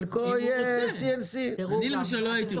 חלקו יהיה CNC. אני למשל לא הייתי רוצה.